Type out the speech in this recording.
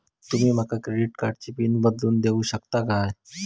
तुमी माका क्रेडिट कार्डची पिन बदलून देऊक शकता काय?